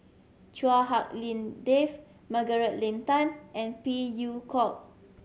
Chua Hak Lien Dave Margaret Leng Tan and Phey Yew Kok